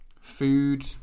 food